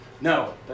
No